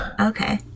Okay